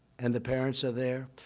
and the parents are there.